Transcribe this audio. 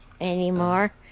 anymore